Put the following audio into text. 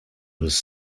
was